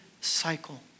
cycle